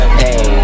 hey